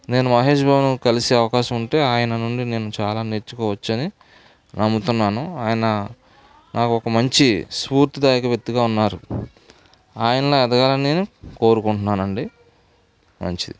నేను మహేష్ బాబును కలిసే అవకాశం ఉంటే ఆయన నుండి నేను చాలా నేర్చుకోవచ్చని నమ్ముతున్నాను ఆయన నాకొక మంచి స్ఫూర్తిదాయక వ్యక్తిగా ఉన్నారు ఆయనలా ఎదగాలని నేను కోరుకుంటున్నానండి మంచిది